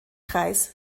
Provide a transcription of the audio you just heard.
kreis